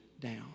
down